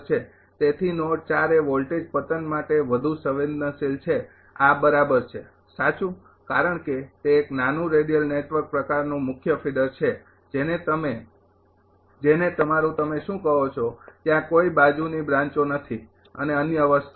તેથી નોડ એ વોલ્ટેજ પતન માટે વધુ સંવેદનશીલ છે આ બરાબર છે સાચું કારણ કે તે એક નાનું રેડિયલ નેટવર્ક પ્રકારનું મુખ્ય ફીડર છે જેને તમે જેને તમારું તમે શું કહો છો ત્યાં કોઇ બાજુની બ્રાંચો નથી અને અન્ય વસ્તુ